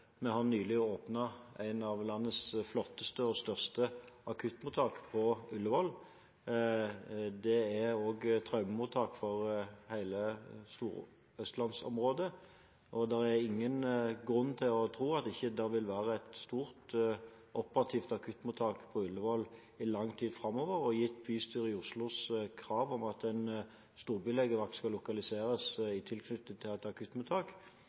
traumemottak for hele østlandsområdet. Det er ingen grunn til å tro at det ikke vil være et stort operativt akuttmottak på Ullevål i lang tid framover. Gitt Oslo bystyres krav om at en storbylegevakt skal lokaliseres i tilknytning til et akuttmottak,